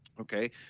Okay